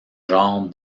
genre